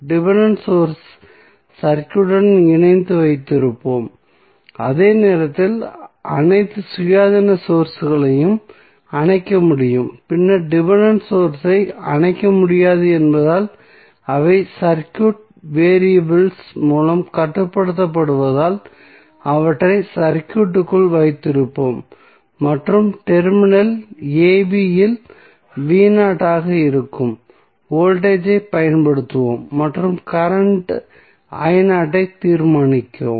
dependent source ஐ சர்க்யூட்டுடன் இணைத்து வைத்திருப்போம் அதே நேரத்தில் அனைத்து சுயாதீன சோர்ஸ்களையும் அணைக்க முடியும் பின்னர் டிபென்டென்ட் சோர்ஸ் ஐ அணைக்க முடியாது என்பதால் அவை சர்க்யூட் வேரியபில்ஸ் மூலம் கட்டுப்படுத்தப்படுவதால் அவற்றை சர்க்யூட்க்குள் வைத்திருப்போம் மற்றும் டெர்மினல் ab இல் ஆக இருக்கும் வோல்டேஜ் ஐப் பயன்படுத்துவோம் மற்றும் கரண்ட் ஐ தீர்மானிக்கவும்